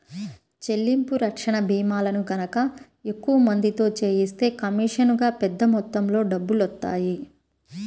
చెల్లింపు రక్షణ భీమాలను గనక ఎక్కువ మందితో చేయిస్తే కమీషనుగా పెద్ద మొత్తంలో డబ్బులొత్తాయి